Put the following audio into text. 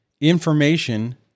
information